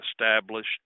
established